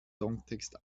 songtext